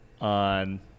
on